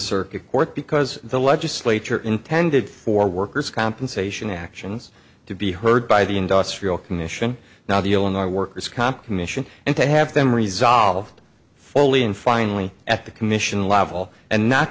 circuit court because the legislature intended for workers compensation actions to be heard by the industrial commission now the illinois workers comp commission and to have them resolved fully and finally at the commission level and not